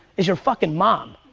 is your fucking mom.